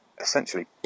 essentially